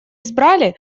избрали